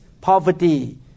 poverty